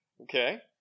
Okay